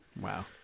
Wow